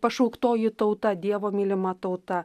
pašauktoji tauta dievo mylima tauta